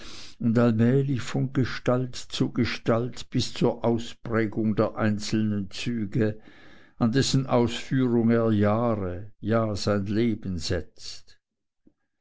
und allmählich von gestalt zu gestalt bis zur ausprägung der einzelnen züge an dessen ausführung er jahre ja sein leben setzt